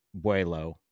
Buelo